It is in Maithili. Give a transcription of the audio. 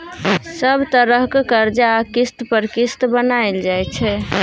सब तरहक करजा आ किस्त पर किस्त बनाएल जाइ छै